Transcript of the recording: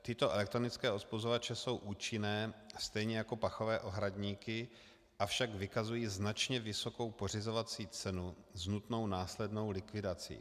Tyto elektronické odpuzovače jsou účinné stejně jako pachové ohradníky, avšak vykazují značně vysokou pořizovací cenu s nutnou následnou likvidací.